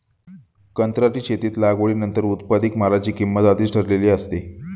कंत्राटी शेतीत लागवडीनंतर उत्पादित मालाची किंमत आधीच ठरलेली असते